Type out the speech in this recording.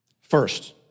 First